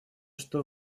что